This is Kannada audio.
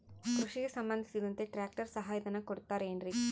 ಕೃಷಿಗೆ ಸಂಬಂಧಿಸಿದಂತೆ ಟ್ರ್ಯಾಕ್ಟರ್ ಸಹಾಯಧನ ಕೊಡುತ್ತಾರೆ ಏನ್ರಿ?